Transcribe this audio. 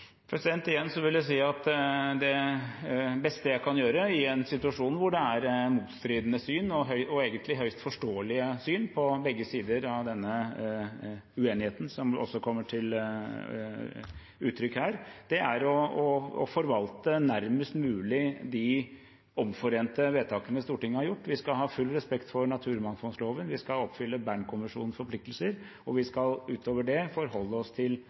vil jeg si at det beste jeg kan gjøre i en situasjon hvor det er motstridende syn og egentlig høyst forståelige syn på begge sider av denne uenigheten, som også kommer til uttrykk her, er å forvalte nærmest mulig de omforente vedtakene Stortinget har gjort. Vi skal ha full respekt for naturmangfoldloven, vi skal oppfylle Bernkonvensjonens forpliktelser, og vi skal utover det forholde oss til